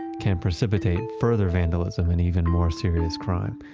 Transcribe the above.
can precipitate further vandalism and even more serious crime.